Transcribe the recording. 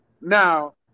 now